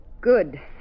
Good